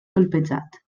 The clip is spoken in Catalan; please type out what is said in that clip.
colpejat